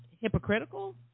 hypocritical